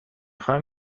خواهم